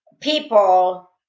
people